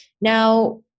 Now